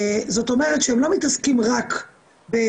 זאת אומרת שהם לא מתעסקים רק בפעילות